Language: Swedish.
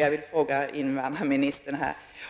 Jag vill fråga invandrarministern